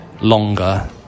Longer